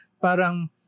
parang